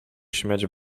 śmiać